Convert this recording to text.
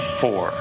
four